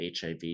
HIV